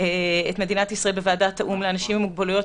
את מדינת ישראל בוועדת האו"ם לאנשים עם מוגבלויות,